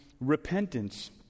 repentance